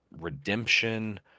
redemption